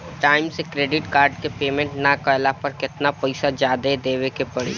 Time से credit card के payment ना कैला पर केतना पईसा जादे देवे के पड़ी?